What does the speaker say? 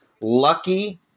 lucky